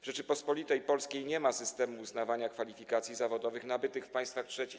W Rzeczypospolitej Polskiej nie ma systemu uznawania kwalifikacji zawodowych nabytych w państwach trzecich.